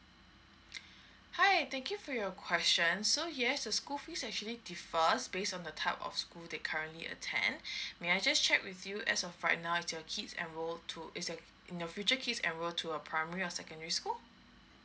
hi thank you for your question so yes the school fees actually differs based on the type of school they currently attend may I just check with you as of right now is your kids enroll to is your in the future kids enroll to a primary or secondary school